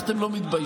איך אתם לא מתביישים?